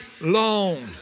long